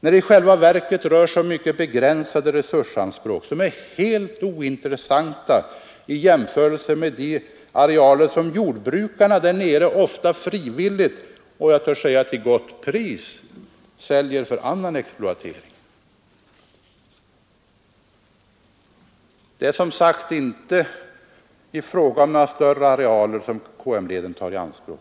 när det i själva verket rör sig om mycket begränsade resursanspråk. som är helt ointressanta i jämförelse med de arealer som jordbrukarna där nere — ofta frivilligt och, törs jag säga, till gott pris — säljer för annan exploatering. Det är som sagt inte fråga om några större arealer som KM-leden tar i anspråk.